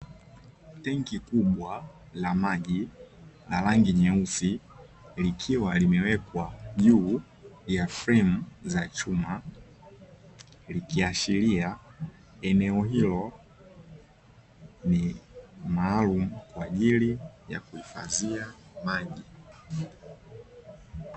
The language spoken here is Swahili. Tenki kubwa la maji la rangi nyeusi likiwa limewekwa juu ya fremu za chuma, likiashiria eneo hilo ni maalumu kwa ajili ya kuhifadhia maji.